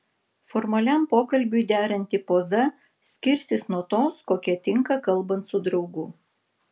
formaliam pokalbiui deranti poza skirsis nuo tos kokia tinka kalbant su draugu